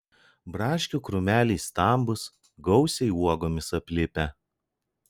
braškių krūmeliai stambūs gausiai uogomis aplipę